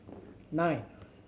nine